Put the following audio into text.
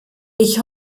ich